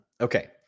Okay